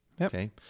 Okay